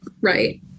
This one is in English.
right